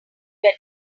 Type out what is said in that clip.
where